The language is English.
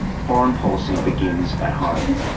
foreign policy begins at home.